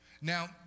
Now